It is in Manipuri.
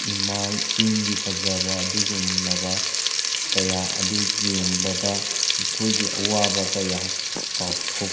ꯏꯃꯥꯏ ꯆꯤꯡꯒꯤ ꯐꯖꯕ ꯑꯗꯨꯒꯨꯝꯂꯕ ꯀꯌꯥ ꯑꯗꯨ ꯌꯦꯡꯕꯗ ꯑꯩꯈꯣꯏꯒꯤ ꯑꯋꯥꯕ ꯀꯌꯥ ꯀꯥꯎꯊꯣꯛ